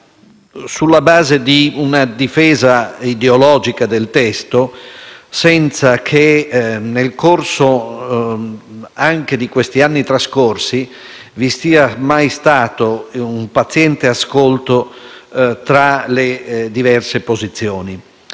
di una difesa ideologica del testo, senza che nel corso degli anni trascorsi vi sia mai stato un paziente ascolto delle diverse posizioni.